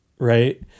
Right